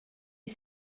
est